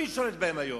מי שולט בהם היום?